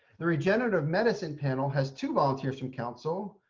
the regenerative medicine panel has two volunteers from council,